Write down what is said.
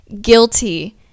guilty